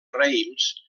reims